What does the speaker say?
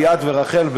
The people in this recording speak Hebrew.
ליאת ורחל.